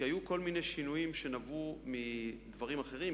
כי היו כל מיני שינויים שנבעו מדברים אחרים,